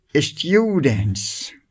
students